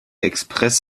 express